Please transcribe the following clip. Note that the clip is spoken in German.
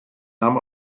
nahm